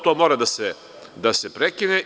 To mora da se prekine.